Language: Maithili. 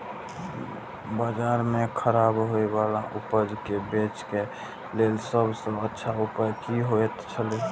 बाजार में खराब होय वाला उपज के बेचे के लेल सब सॉ अच्छा उपाय की होयत छला?